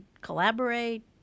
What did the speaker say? collaborate